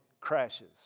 crashes